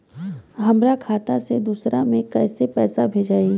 हमरा खाता से दूसरा में कैसे पैसा भेजाई?